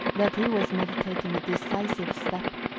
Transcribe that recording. that he was meditating a decisive step,